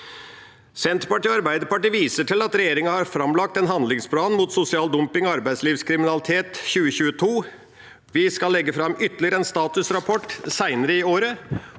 Senterpartiet og Arbeiderpartiet viser til at regjeringa har framlagt en handlingsplan mot sosial dumping og arbeidskriminalitet i 2022. Vi skal legge fram ytterligere en statusrapport senere i år,